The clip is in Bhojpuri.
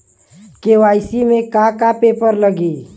के.वाइ.सी में का का पेपर लगी?